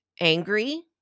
angry